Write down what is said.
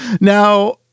Now